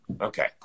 okay